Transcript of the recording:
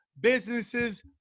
businesses